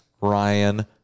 Ryan